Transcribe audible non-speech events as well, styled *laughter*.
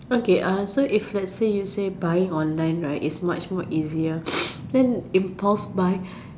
okay uh so if let's say you say buying online right is much more easier *noise* then impulse buying